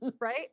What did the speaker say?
Right